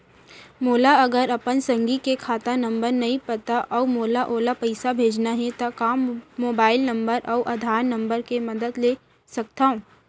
मोला अगर अपन संगी के खाता नंबर नहीं पता अऊ मोला ओला पइसा भेजना हे ता का मोबाईल नंबर अऊ आधार नंबर के मदद ले सकथव?